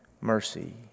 mercy